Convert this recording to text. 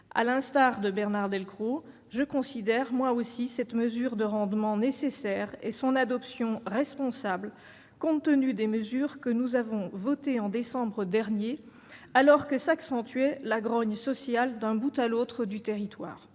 À l'instar de Bernard Delcros, je considère cette mesure de rendement nécessaire et son adoption responsable, compte tenu des dispositions que nous avons adoptées en décembre dernier, alors que grandissait la grogne sociale d'un bout l'autre du territoire.